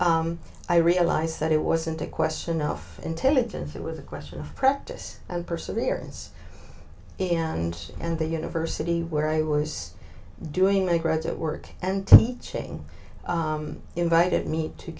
school i realized that it wasn't a question of intelligence it was a question of practice and perseverance and and the university where i was doing my graduate work and teaching invited me to